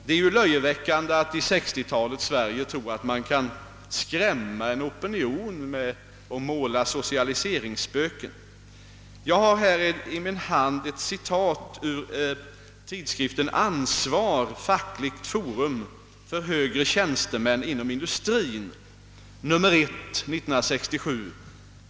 Det är ju löjeväckande att i 1960-talets Sverige tro att man kan skrämma en opinion med att måla socialiseringsspöken. Jag har här i min hand ett citat ur tidskriften Ansvar — Fackligt forum för högre tjänstemän inom industrin, nr 1 1967.